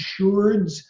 insureds